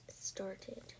started